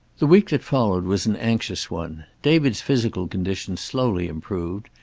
the week that followed was an anxious one. david's physical condition slowly improved.